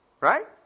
right